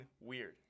weird